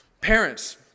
Parents